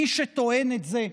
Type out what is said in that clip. מי שטוען את זה,